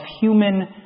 human